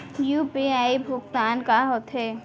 UPI भुगतान का होथे?